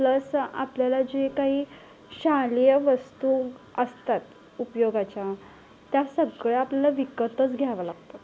plus आपल्याला जे काही शालेय वस्तू असतात उपयोगाच्या त्या सगळ्या आपल्याला विकतच घ्याव्या लागतात